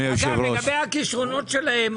לגבי הכישרונות שלהם,